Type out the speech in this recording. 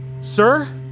Sir